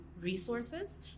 resources